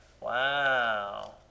Wow